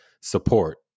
support